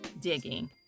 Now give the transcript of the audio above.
digging